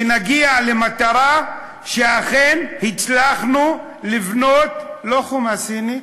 שנגיע למטרה שאכן הצלחנו לבנות, לא חומה סינית,